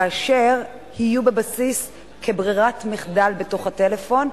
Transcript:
כאשר יהיו בבסיס כברירת מחדל בתוך הטלפון,